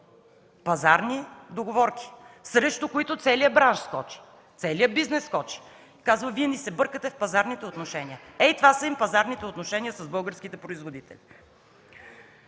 Пазарни договорки?! Срещу които целият бранш, целият бизнес скочи, казва: „Вие ни се бъркате в пазарните отношения!” Ето това са им пазарните отношения с българските производители!